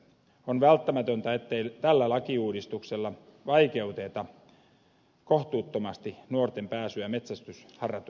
on välttämätöntä ettei tällä lakiuudistuksella vaikeuteta kohtuuttomasti nuorten pääsyä metsästysharrastuksen pariin